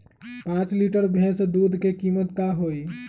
पाँच लीटर भेस दूध के कीमत का होई?